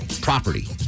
property